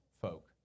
folk